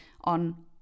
on